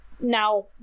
now